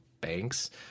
banks